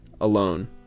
alone